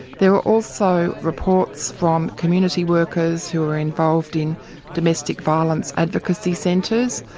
there are also reports from community workers who are involved in domestic violence advocacy centres,